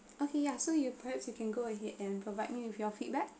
okay ya so you perhaps you can go ahead and provide me with your feedback